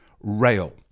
rail